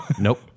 Nope